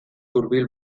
hurbil